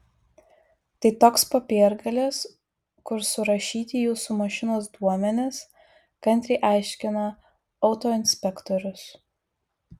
tai toks popiergalis kur surašyti jūsų mašinos duomenys kantriai aiškina autoinspektorius